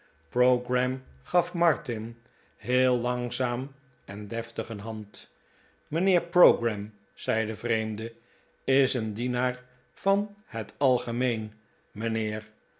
pogram gaf martin heel langzaam en deftig een hand mijnheer pogram zei de vreemde is een dienaar van het algemeen mijnheer